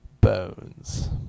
bones